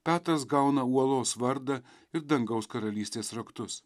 petras gauna uolos vardą ir dangaus karalystės raktus